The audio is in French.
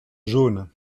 jaune